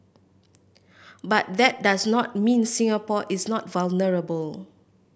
but that does not mean Singapore is not vulnerable